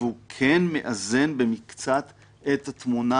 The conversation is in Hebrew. והוא כן מאזן במקצת את התמונה,